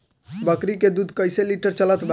बकरी के दूध कइसे लिटर चलत बा?